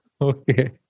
Okay